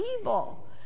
evil